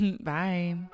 Bye